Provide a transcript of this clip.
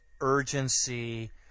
urgency